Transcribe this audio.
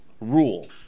rule